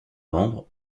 membres